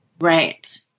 Right